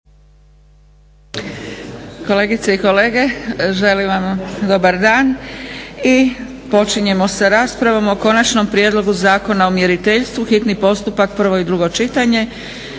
Kolegice i kolege, želim vam dobar dan i počinjemo sa raspravom o - Konačni prijedlog Zakona o mjeriteljstvu, hitni postupak, prvo i drugo čitanje,